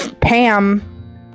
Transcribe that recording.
Pam